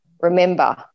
Remember